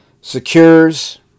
Secures